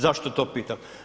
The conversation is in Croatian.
Zašto to pitam?